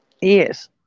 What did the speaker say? Yes